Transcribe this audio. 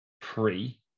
pre